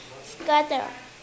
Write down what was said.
scatter